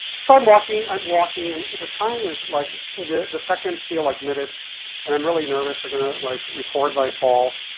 so i'm walking, i'm walking and the time is like the seconds feel like minutes and i'm really nervous, they're gonna like record my call.